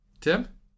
Tim